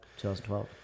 2012